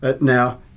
Now